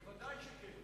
ודאי שכן.